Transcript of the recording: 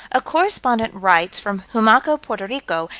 a correspondent writes from humacao, porto rico,